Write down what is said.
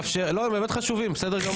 --- לא, הם באמת חשובים, בסדר גמור.